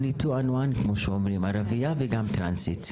אני "טואנואן" כמו שאומרים, ערבייה וגם טרנסית.